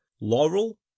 Laurel